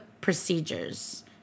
procedures